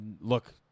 Look